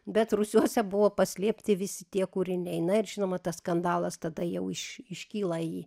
bet rūsiuose buvo paslėpti visi tie kūriniai na ir žinoma tas skandalas tada jau iš iškyla jį